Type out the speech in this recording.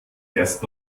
erst